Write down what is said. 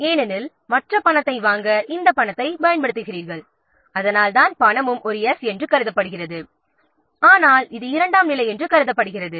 ஏனெனில் மற்ற பணத்தை வாங்க இந்த பணத்தை பயன்படுத்துகிறோம் அதனால்தான் பணமும் ஒரு 's' என்று கருதப்படுகிறது ஆனால் இது இரண்டாம் நிலை என்று கருதப்படுகிறது